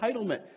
entitlement